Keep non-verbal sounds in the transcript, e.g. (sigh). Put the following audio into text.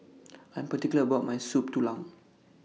(noise) I'm particular about My Soup Tulang